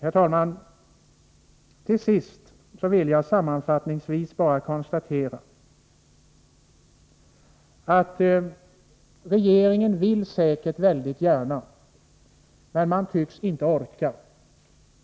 Herr talman! Låt mig sammanfattningsvis bara konstatera att regeringen vill säkert väldigt gärna, men man tycks inte orka.